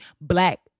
black